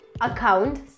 account